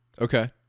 Okay